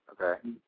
okay